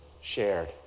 shared